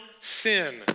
sin